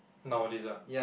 nowadays ah